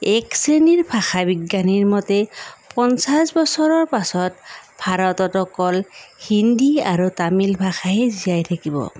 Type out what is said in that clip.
এক শ্ৰেণীৰ ভাষা বিজ্ঞানীৰ মতে পঞ্চাছ বছৰৰ পিছত ভাৰতত অকল হিন্দী আৰু তামিল ভাষাহে জীয়াই থাকিব